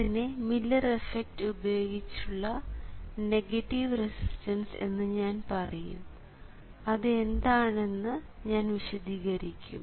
അതിനെ Miller effect ഉപയോഗിച്ച് ഉള്ള നെഗറ്റീവ് റെസിസ്റ്റൻസ് എന്ന് ഞാൻ പറയും അത് എന്താണെന്ന് ഞാൻ വിശദീകരിക്കും